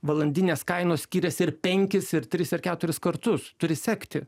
valandinės kainos skiriasi ir penkis ir tris ar keturis kartus turi sekti